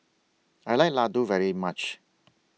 I like Laddu very much